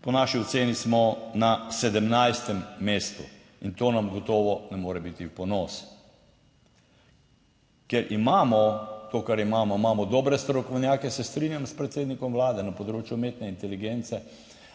Po naši oceni smo na 17. mestu in to nam gotovo ne more biti v ponos. Ker imamo to, kar imamo, imamo dobre strokovnjake, se strinjam s predsednikom vlade na področju umetne inteligence,